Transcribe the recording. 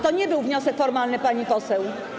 To nie był wniosek formalny, pani poseł.